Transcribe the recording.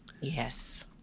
Yes